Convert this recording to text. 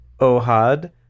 Ohad